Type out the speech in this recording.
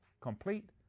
complete